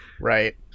Right